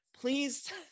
please